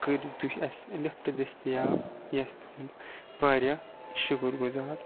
کٔرِو تُہۍ اَسہِ لِفٹ دستِیاب یہِ آسہِ تُہُنٛد واریاہ شُکُر گُزار